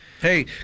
Hey